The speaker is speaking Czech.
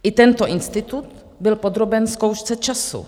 I tento institut byl podroben zkoušce času.